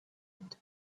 into